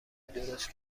درست